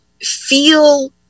feel